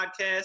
Podcast